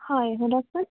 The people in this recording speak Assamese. হয় সোধকচোন